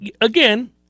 again